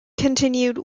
continued